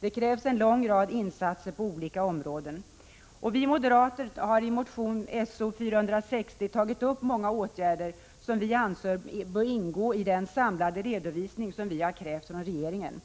Det krävs en lång rad insatser på olika områden. Vi moderater tar i motion S0460 upp många åtgärder som vi anser bör ingå i den redovisning som vi har krävt från regeringen.